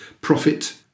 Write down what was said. profit